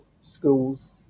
schools